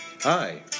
Hi